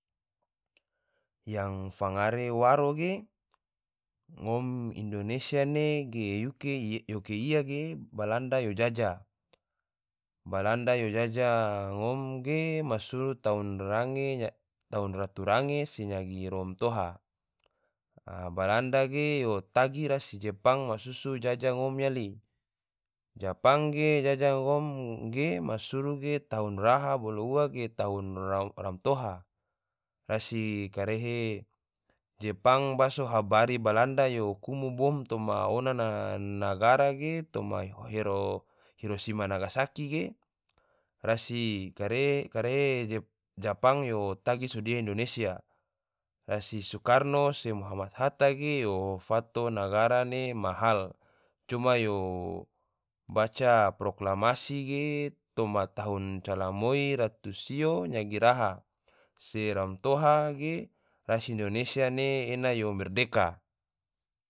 Yang fangare waro ge, ngom indonesia ne ge yuke ia ge balanda yo jajah, balanda yo jajah ngom ge, ma suru tahun ratu range se nyagi romtoha, a balanda ge yo tagi rasi jepang masusu jajah ngom yali, japang ge jajah ngom ge masuru ge tahun raha bolo ua ge tahun romtoha, rasi karehe japang baso habari balanda yo kumo bom toma ona na nagara ge, toma hirosima, nagasaki ge, rasi karehe japang yo tagi sodia indonesia, rasi soekarno se muhammad hatta ge yo fato nagara ne ma hal, coma yo baca proklamasi ge toma tahun calamoi ratu sio nyagi raha se romtoha ge rasi indonesia ne ena yo merdeka